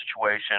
situation